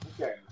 okay